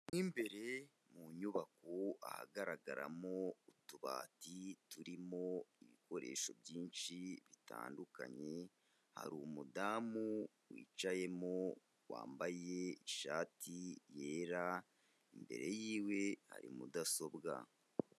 Mu imbere mu nyubako, ahagaragaramo utubati turimo ibikoresho byinshi bitandukanye, hari umudamu wicayemo wambaye ishati yera, imbere yiwe hari mudasobwa.